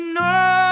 no